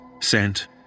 Sent